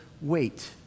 wait